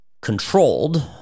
controlled